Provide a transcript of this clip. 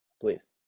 please